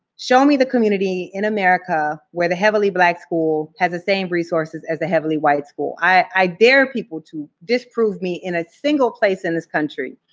show me the community in america where the heavily black school has the same resources as the heavily white school. i dare people to disprove me in a single place in this country.